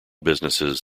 businesses